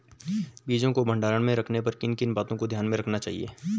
बीजों को भंडारण में रखने पर किन किन बातों को ध्यान में रखना चाहिए?